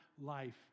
life